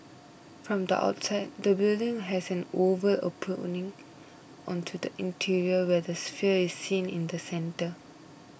from the outside the building has an oval opening onto the interior where the sphere is seen in the centre